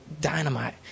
Dynamite